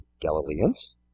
Galileans